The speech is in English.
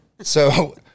So-